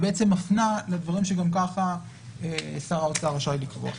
היא מפנה לדברים שגם ככה שר האוצר רשאי לקבוע.